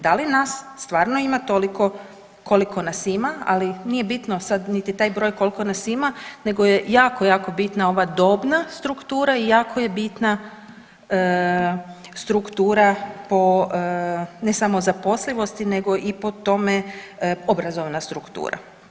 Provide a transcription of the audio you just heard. Da li nas stvarno ima toliko koliko nas ima, ali nije bitno sad taj broj koliko nas ima nego je jako, jako bitna ova dobna struktura i jako je bitna struktura po ne samo zaposlivosti, nego i po tome obrazovna struktura.